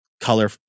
color